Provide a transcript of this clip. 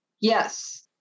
Yes